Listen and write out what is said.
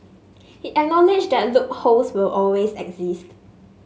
he acknowledged that loopholes will always exist